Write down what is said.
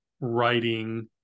writing